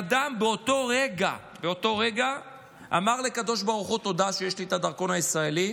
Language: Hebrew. באותו רגע הבן אדם אמר לקדוש ברוך הוא: תודה שיש לי את הדרכון הישראלי,